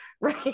right